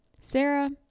Sarah